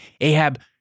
Ahab